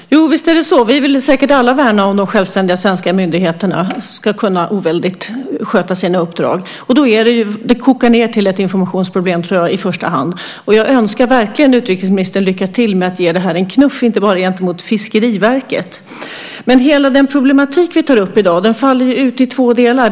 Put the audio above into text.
Herr talman! Visst är det så! Vi vill säkert alla värna om att de självständiga svenska myndigheterna ska kunna sköta sina uppdrag oväldigt. Det kokar ned till ett informationsproblem i första hand, tror jag. Jag önskar verkligen utrikesministern lycka till med att ge det här en knuff, inte bara gentemot Fiskeriverket. Men hela den problematik vi tar upp i dag faller ut i två delar.